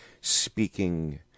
speaking